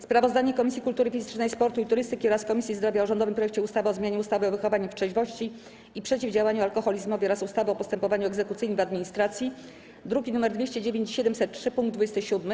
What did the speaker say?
Sprawozdanie Komisji Kultury Fizycznej, Sportu i Turystyki oraz Komisji Zdrowia o rządowym projekcie ustawy o zmianie ustawy o wychowaniu w trzeźwości i przeciwdziałaniu alkoholizmowi oraz ustawy o postępowaniu egzekucyjnym w administracji (druki nr 209 i 703) - punkt 27.